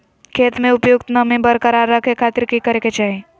खेत में उपयुक्त नमी बरकरार रखे खातिर की करे के चाही?